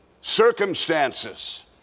circumstances